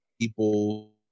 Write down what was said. people